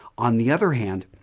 on the other hand,